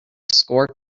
score